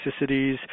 toxicities